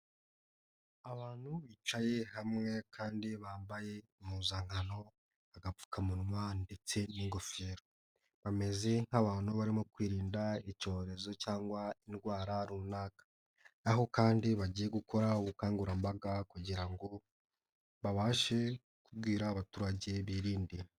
Abantu bicaye hamwe kandi bambaye impuzankano, agapfukamunwa ndetse n'ingofero, bameze nk'abantu barimo kwirinda icyorezo cyangwa indwara runaka, aho kandi bagiye gukora ubukangurambaga kugira ngo babashe kubwira abaturage birinde.